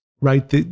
right